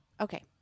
Okay